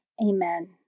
Amen